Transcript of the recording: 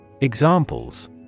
Examples